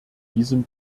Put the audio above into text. diesem